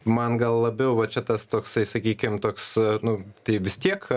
man gal labiau va čia tas toksai sakykim toks nu tai vis tiek